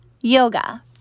Yoga